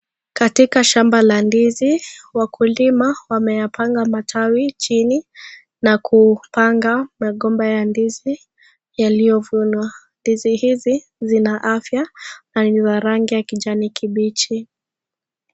Katika shamba la ndizi, wakulima wameyapanga matawi chini na kupanga magomba ya ndizi yaliyovunwa. Ndizi hizi zina afya na zina rangi ya kijani kibichi.